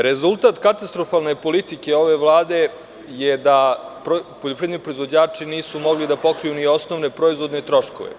Rezultat katastrofalne politike ove Vlade je da poljoprivredni proizvođači nisu mogli da pokriju ni osnovne proizvodne troškove.